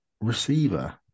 receiver